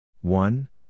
One